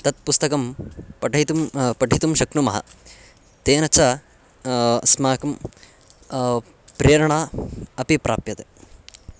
तत् पुस्तकं पाठयितुं पठितुं शक्नुमः तेन च अस्माकं प्रेरणा अपि प्राप्यते